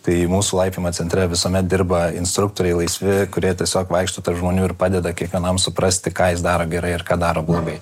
tai mūsų laipiojimo centre visuomet dirba instruktoriai laisvi kurie tiesiog vaikšto tarp žmonių ir padeda kiekvienam suprasti ką jis daro gerai ir ką daro blogai